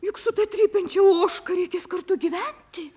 juk su ta trypiančia ožka reikės kartu gyventi